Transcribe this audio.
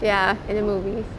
ya in the movies